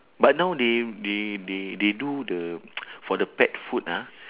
but now they they they they do the for the pet food ah